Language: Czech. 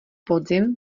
podzim